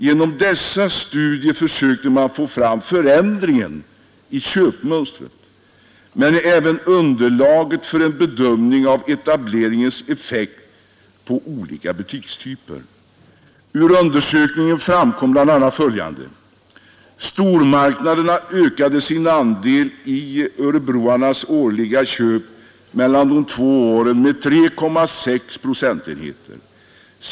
Genom dessa studier försökte man få fram förändringen i köpmönstret men även underlaget för en bedömning av etableringens effekt på olika butikstyper. Ur undersökningen framkom bl.a. följande: Stormarknaderna ökade sin andel i örebroarnas årliga köp mellan de två åren med 3,6 procentenheter.